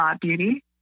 beauty